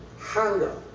hunger